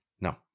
No